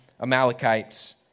Amalekites